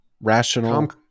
rational